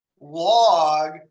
log